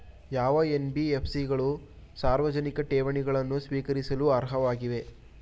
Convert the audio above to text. ಯಾವ ಎನ್.ಬಿ.ಎಫ್.ಸಿ ಗಳು ಸಾರ್ವಜನಿಕ ಠೇವಣಿಗಳನ್ನು ಸ್ವೀಕರಿಸಲು ಅರ್ಹವಾಗಿವೆ?